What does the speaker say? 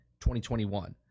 2021